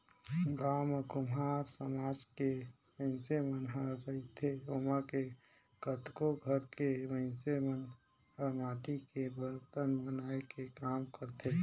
गाँव म कुम्हार समाज के मइनसे मन ह रहिथे ओमा के कतको घर के मइनस मन ह माटी के बरतन बनाए के काम करथे